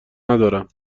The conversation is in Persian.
ندارم